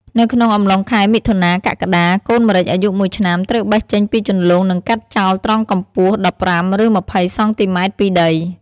នៅក្នុងអំឡុងខែ មិថុនា-កក្កដា កូន ម្រេច អាយុ ១ឆ្នាំ ត្រូវបេះចេញពីជន្លង់និងកាត់ចោលត្រង់កម្ពស់ ១៥ឬ២០សង់ទីម៉ែត្រ ពីដី។